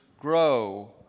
grow